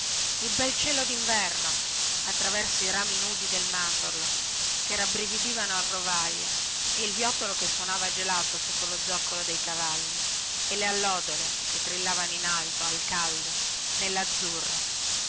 il bel cielo dinverno attraverso i rami nudi del mandorlo che rabbrividivano al rovajo e il viottolo che suonava gelato sotto lo zoccolo dei cavalli e le allodole che trillavano in alto al caldo nellazzurro